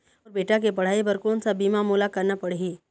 मोर बेटा के पढ़ई बर कोन सा बीमा मोला करना पढ़ही?